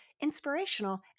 inspirational